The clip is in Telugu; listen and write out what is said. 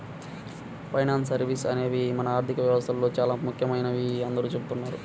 ఫైనాన్స్ సర్వీసెస్ అనేవి మన ఆర్థిక వ్యవస్థలో చానా ముఖ్యమైనవని అందరూ చెబుతున్నారు